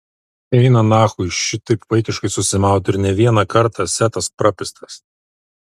eina nachui šitaip vaikiškai susimaut ir ne vieną kartą setas prapistas